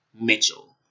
Mitchell